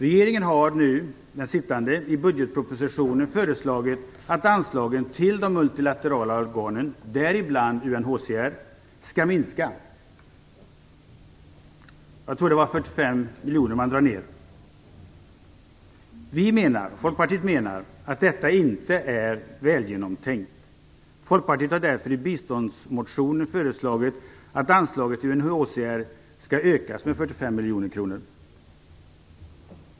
Regeringen har nu i budgetpropositionen föreslagit att anslagen till de multilaterala organen, däribland UNHCR, skall minska. Jag tror att det var 45 miljoner man vill dra ner dem med. Vi i Folkpartiet menar att detta inte är välgenomtänkt. Folkpartiet har därför i biståndsmotionen föreslagit att anslaget till UNHCR skall ökas med 45 miljoner kronor.